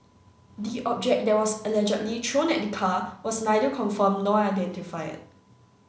the object that was allegedly thrown at the car was neither confirmed nor identified